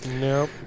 no